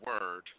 word